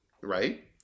right